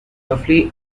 roughly